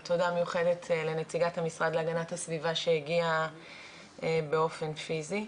תודה מיוחדת לנציגת המשרד להגנת הסביבה שהגיעה באופן פיזי.